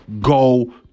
go